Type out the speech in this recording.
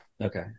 Okay